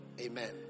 Amen